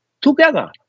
Together